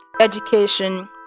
education